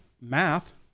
math